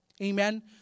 Amen